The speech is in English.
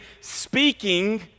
speaking